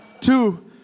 Two